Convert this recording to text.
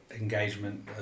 engagement